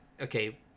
okay